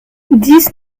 dix